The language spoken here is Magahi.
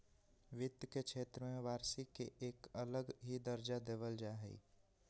वित्त के क्षेत्र में वार्षिक के एक अलग ही दर्जा देवल जा हई